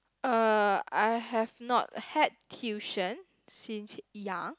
uh I have not had tuition since young